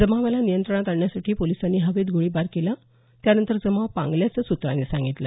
जमावाला नियंत्रणात आणण्यासाठी पोलिसांनी हवेत गोळीबार केला त्यानंतर जमाव पांगल्याचं सूत्रांनी सांगितलं